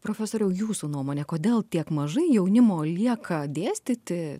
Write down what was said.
profesoriau jūsų nuomone kodėl tiek mažai jaunimo lieka dėstyti